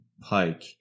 pike